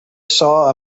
saw